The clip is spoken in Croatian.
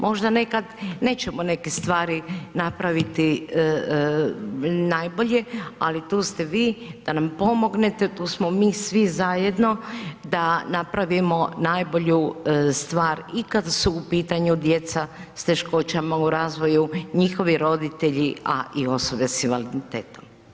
Možda nekad nećemo neke stvari napraviti najbolje, ali tu ste vi, da nam pomognete, tu smo mi svi zajedno da napravimo najbolju stvar ikad su u pitanju djeca s teškoćama u razvoju, njihovi roditelji, a i osobe s invaliditetom.